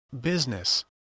business